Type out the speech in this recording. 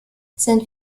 sind